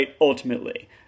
ultimately